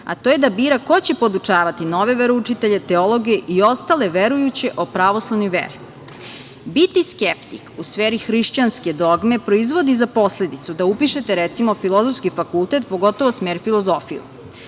a to je da bira ko će da podučavati nove veroučitelje, teologije i ostale verujuće o pravoslavnoj veri? Biti skeptik u sferi hrišćanske dogme proizvodi za posledicu da upišete, recimo, Filozofski fakultet, pogotovo smer filozofiju,